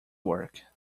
work